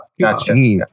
gotcha